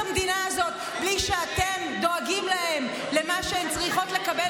המדינה הזאת בלי שאתם דואגים להן למה שהן צריכות לקבל